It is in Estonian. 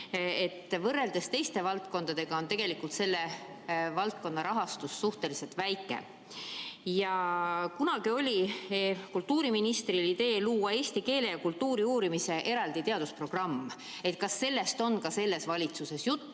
Võrreldes teiste valdkondadega on selle valdkonna rahastus suhteliselt väike. Kunagi oli kultuuriministril idee luua eraldi eesti keele ja kultuuri uurimise teadusprogramm. Kas sellest on ka selles valitsuses juttu